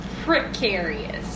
precarious